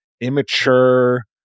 immature